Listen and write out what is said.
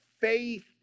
faith